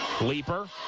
Leaper